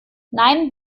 nein